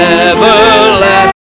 everlasting